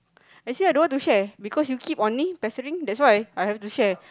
I say I don't want to share because you keep onning pestering that's why I have to share